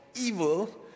evil